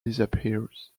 disappears